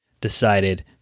decided